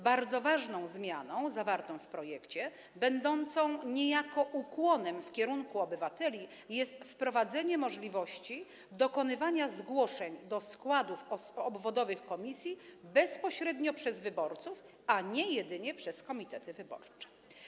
Bardzo ważną zmianą zawartą w projekcie, będącą niejako ukłonem w kierunku obywateli, jest wprowadzenie możliwości dokonywania zgłoszeń do składów obwodowych komisji bezpośrednio przez wyborców, a nie jedynie przez komitety wyborcze.